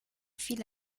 viele